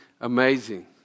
amazing